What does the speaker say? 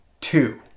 two